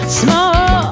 small